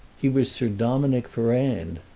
he was sir dominick ferrand.